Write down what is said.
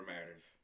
matters